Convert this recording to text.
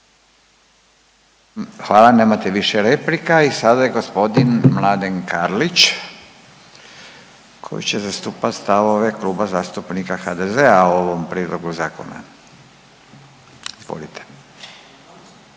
Hvala, nemate više replika. I sada je gospodin Mladen Karić, koji će zastupati stavove Kluba zastupnika HDZ-a o ovom prijedlogu zakona. Izvolite.